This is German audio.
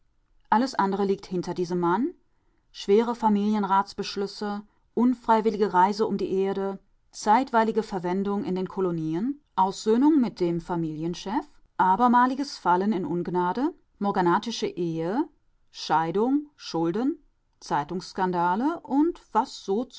alles andere liegt hinter diesem mann schwere familienratsbeschlüsse unfreiwillige reise um die erde zeitweilige verwendung in den kolonien aussöhnung mit dem familienchef abermaliges fallen in ungnade morganatische ehe scheidung schulden zeitungsskandale und